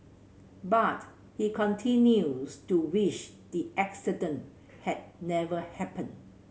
but he continues to wish the accident had never happened